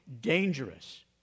dangerous